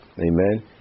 Amen